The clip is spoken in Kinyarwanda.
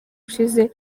ushize